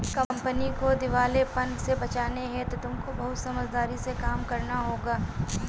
company को दिवालेपन से बचाने हेतु तुमको बहुत समझदारी से काम करना होगा